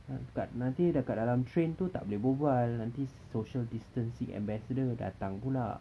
ah kat nanti dah kat dalam train tu tak boleh berbual nanti social distancing ambassador datang pula